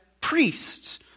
priests